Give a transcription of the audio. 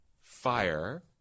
fire